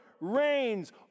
reigns